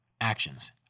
Actions